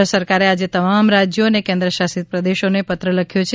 કેન્દ્ર સરકારે આજે તમામ રાજ્યો અને કેન્દ્રશાસિત પ્રદેશોને પત્ર લખ્યો છે